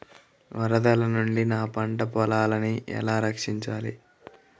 వరదల నుండి నా పంట పొలాలని ఎలా రక్షించాలి?